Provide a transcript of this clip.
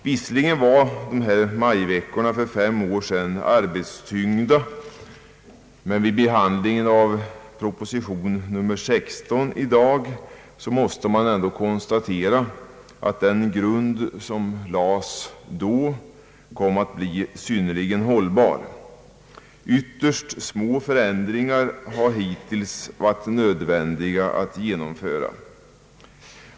Visserligen var dessa majveckor för fem år sedan arbetstyngda, men vid behandlingen av proposition nr 16 i dag måste man ändå konstatera att den grund som då lades kom att bli synnerligen hållbar. Yiterst små förändringar har hittills varit nödvändiga.